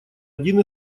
один